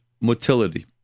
motility